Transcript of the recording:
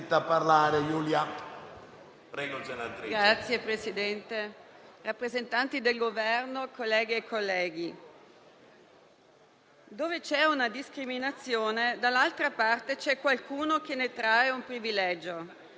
Gli argomenti per giustificare la contrarietà alle azioni positive sono tanti e purtroppo ci sono anche molte donne a sostenere di non essere una specie in pericolo di estinzione, che chi ha le competenze non ha bisogno di aiuto,